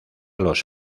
los